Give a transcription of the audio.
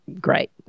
great